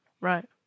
Right